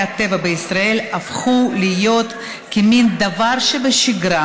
הטבע בישראל הפכו להיות מין דבר שבשגרה,